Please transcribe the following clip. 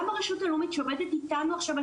גם ברשות הלאומית שעובדת איתנו עכשיו על